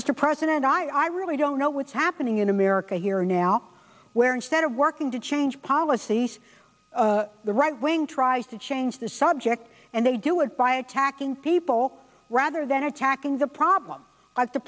mr president i really don't know what's happening in america here now where instead of working to change policies the right wing tries to change the subject and they do it by backing people rather than attacking the problem is the